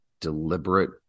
deliberate